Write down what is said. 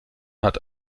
hat